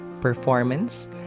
performance